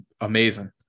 amazing